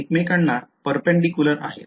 एकमेकांना Perpendicular आहेत